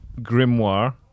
grimoire